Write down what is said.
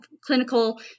clinical